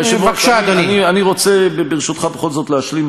היושב-ראש, אני רוצה, ברשותך, בכל זאת להשלים.